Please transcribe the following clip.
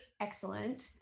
Excellent